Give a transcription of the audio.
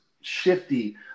shifty